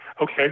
Okay